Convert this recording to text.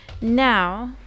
now